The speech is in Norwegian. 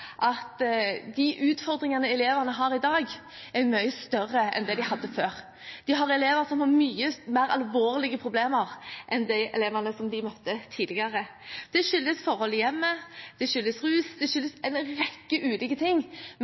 at de utfordringene elevene har i dag, er mye større enn dem de hadde før. De har elever som har mye mer alvorlige problemer enn de elevene som de møtte tidligere. Det skyldes forhold i hjemmet, det skyldes rus, det skyldes en rekke ulike ting, men